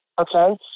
Okay